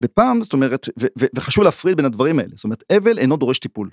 ופעם זאת אומרת, וחשוב להפריד בין הדברים האלה, זאת אומרת, אבל אינו דורש טיפול.